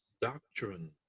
doctrine